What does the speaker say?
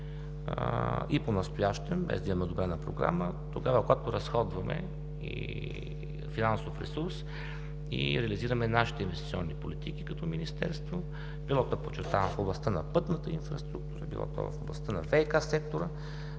Понастоящем, без да имаме одобрена програма, когато разходваме финансов ресурс и реализираме нашите инвестиционни политики като Министерство – било, подчертавам, в областта на пътната инфраструктура, било в областта на ВиК сектора…